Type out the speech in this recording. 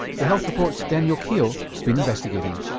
the health report's daniel keogh's so been investigating.